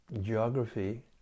geography